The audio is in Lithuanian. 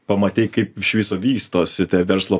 pamatei kaip iš viso vystosi verslo